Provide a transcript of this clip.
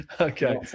Okay